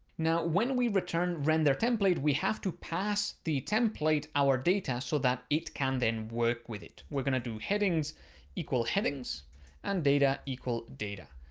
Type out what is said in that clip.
now when we return render template, we have to pass the template our data so that it can then work with it. we're going to do headings equal headings and data equal data.